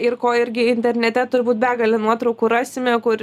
ir ko irgi internete turbūt begalę nuotraukų rasime kur